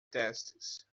testes